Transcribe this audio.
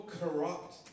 corrupt